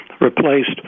replaced